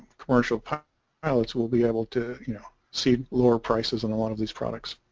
commercial pop alex will be able to you know see lower prices and a lot of these products